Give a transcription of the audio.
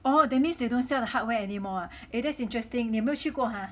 oh that means they don't sell the hardware anymore ah eh that's interesting 你没有去过哈